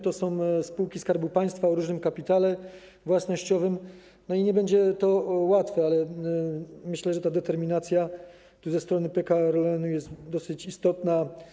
To są spółki Skarbu Państwa o różnym kapitale własnościowym i nie będzie to łatwe, ale myślę, że determinacja ze strony PKN Orlen jest dosyć istotna.